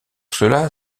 cela